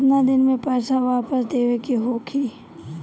केतना दिन में पैसा वापस देवे के होखी?